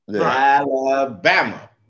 Alabama